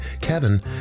Kevin